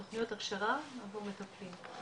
תכניות הכשרה עבור מטפלים.